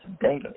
daily